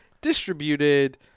distributed